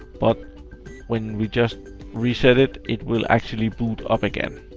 but when we just reset it, it will actually boot up again.